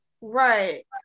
right